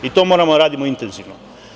I to moramo da radimo intenzivno.